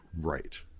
right